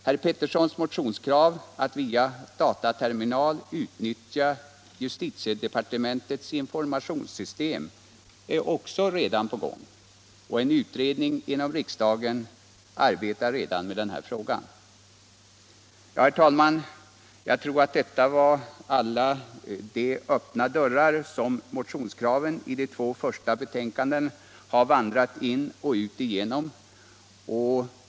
Herr Petterssons motionskrav att via dataterminal få utnyttja justitiedepartementets informationssystem är också redan på gång, och en utredning inom riksdagen arbetar med den frågan. | Ja, herr talman, jag tror att detta var alla de öppna dörrar som motionskraven i de två första betänkandena har vandrat in och ut genom.